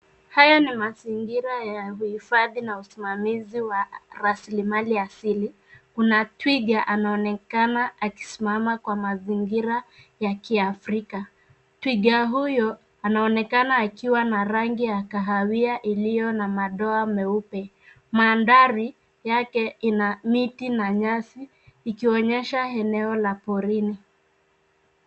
Haya ni mazingira ya uhifadhi na usimamizi wa raslimali asili. Kuna twiga anaonekana akisimama kwa mazingira ya kiafrika. Twiga huyu anaonekana akiwa na rangi ya kahawia iliyo na madoa meupe. Mandhari yake ina miti na nyasi ikionyesha eneo ya porini.